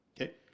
Okay